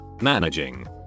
managing